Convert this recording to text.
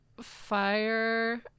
Fire